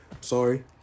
Sorry